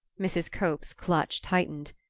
mrs. cope's clutch tightened.